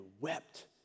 wept